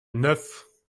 neuf